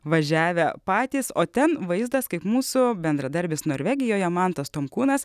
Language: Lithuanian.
važiavę patys o ten vaizdas kaip mūsų bendradarbis norvegijoje mantas tomkūnas